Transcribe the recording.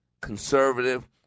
conservative